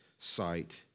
sight